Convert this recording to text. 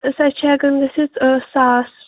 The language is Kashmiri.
سۅ چھِ ہؠکان گٔژھِتھ ساس